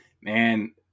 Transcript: Man